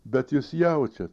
bet jūs jaučiat